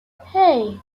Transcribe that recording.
hey